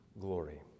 glory